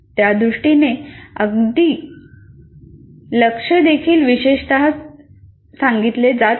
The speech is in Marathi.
त्यादृष्टीने अगदी लक्ष्य देखील विशेषतः सांगितले जात नाही